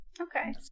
Okay